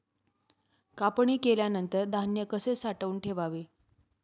कापणी केल्यानंतर धान्य कसे साठवून ठेवावे?